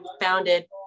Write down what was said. founded